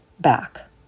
back